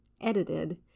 edited